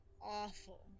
awful